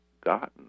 gotten